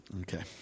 Okay